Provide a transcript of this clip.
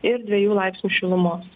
ir dviejų laipsnių šilumos